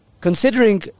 considering